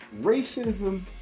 racism